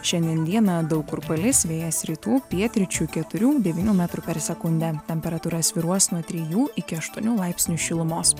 šiandien dieną daug kur palis vėjas rytų pietryčių keturių devynių metrų per sekundę temperatūra svyruos nuo trijų iki aštuonių laipsnių šilumos